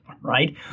right